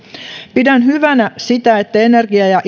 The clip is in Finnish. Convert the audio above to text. pidän hyvänä sitä että energia ja